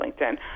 LinkedIn